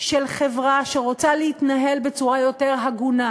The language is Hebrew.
של חברה שרוצה להתנהל בצורה יותר הגונה,